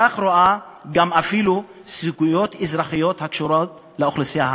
כך היא רואה גם אפילו סוגיות אזרחיות הקשורות לאוכלוסייה הערבית.